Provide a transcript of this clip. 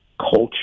culture